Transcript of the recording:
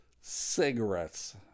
cigarettes